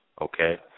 okay